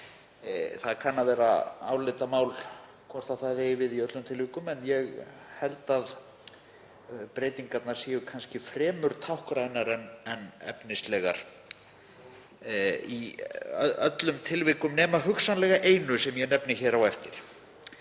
Það kann að vera álitamál hvort það eigi við í öllum tilvikum en ég held að breytingarnar séu kannski fremur táknrænar en efnislegar í öllum tilvikum, nema hugsanlega einu sem ég nefni á eftir.